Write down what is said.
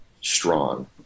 strong